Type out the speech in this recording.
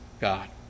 God